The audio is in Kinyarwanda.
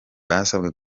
basabwe